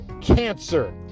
cancer